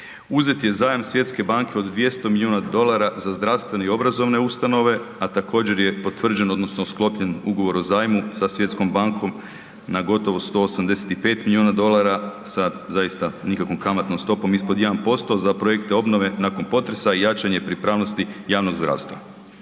Uzet je zajam Svjetske banke od 200 milijuna dolara za zdravstvene i obrazovne ustanove, a također, je potvrđeno, odnosno sklopljen ugovor o zajmu sa Svjetskom bankom na gotovo 185 milijuna dolara sa zaista nikakvom kamatnom stopom, ispod 1% za projekte obnove nakon potresa i jačanje pripravnosti javnog zdravstva.